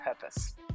purpose